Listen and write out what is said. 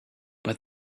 but